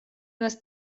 нас